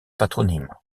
patronyme